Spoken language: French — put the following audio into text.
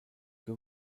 que